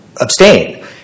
abstain